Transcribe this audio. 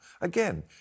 Again